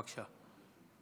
בבקשה.